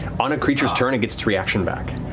on a creature's turn, it gets its reaction back.